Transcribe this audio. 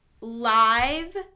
live